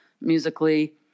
musically